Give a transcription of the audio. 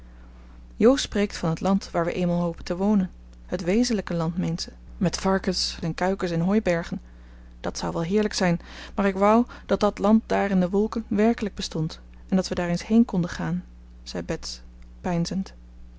jo spreekt van het land waar we eenmaal hopen te wonen het wezenlijke land meent ze met varkens en kuikens en hooibergen dat zou wel heerlijk zijn maar ik wou dat dat land daar in de wolken werkelijk bestond en dat we daar eens heen konden gaan zei bets peinzend